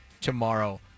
tomorrow